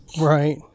Right